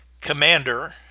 commander